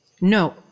No